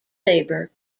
labour